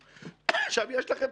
יודעים,